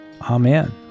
Amen